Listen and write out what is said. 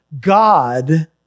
God